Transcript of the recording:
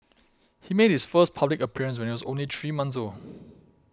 he made his first public appearance when he was only three month old